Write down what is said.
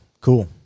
Cool